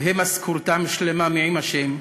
תהא משכורתם שלמה מעם ה',